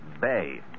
Bay